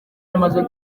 bimaze